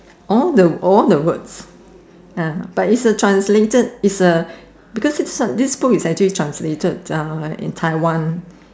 all the all the words uh but it's a translated it's a because it's this book is actually translated uh in Taiwan